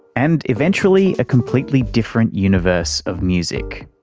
and eventually a completely different universe of music,